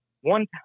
One